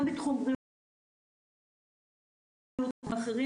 גם בתחום בריאות הנפש וגם בתחומים אחרים,